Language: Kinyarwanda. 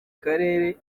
karere